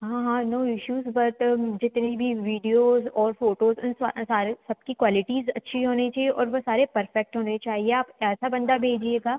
हाँ हाँ no issues but जितनी भी वीडियोज़ और फ़ोटोज़ इन सारे सबकी क्वालिटीज़ अच्छी होनी चाहिए और वो सारे परफ़ेक्ट होने चाहिए आप ऐसा बंदा भेजिएगा